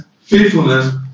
faithfulness